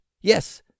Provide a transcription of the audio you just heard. Yes